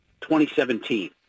2017